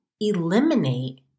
eliminate